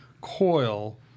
coil